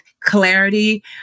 clarity